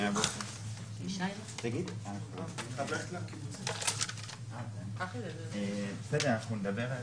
כי פה ב-2019 עשו מינוס 2% או 3%. ושם דיברו על